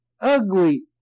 ugly